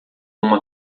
uma